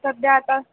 सध्या आता